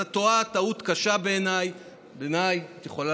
אז בעיניי את טועה טעות קשה.